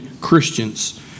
Christians